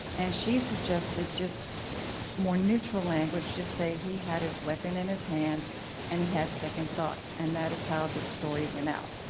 and she suggested just more neutral language just say, he had his weapon in his hand and had second thoughts. and that is how the story went out.